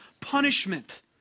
punishment